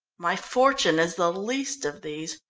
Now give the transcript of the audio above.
my fortune is the least of these.